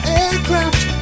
aircraft